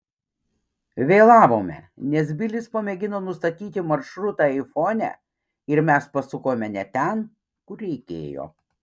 vėlavome nes bilis pamėgino nustatyti maršrutą aifone ir mes pasukome ne ten kur reikėjo